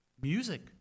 music